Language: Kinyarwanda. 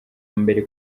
mbere